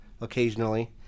occasionally